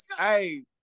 Hey